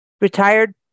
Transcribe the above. retired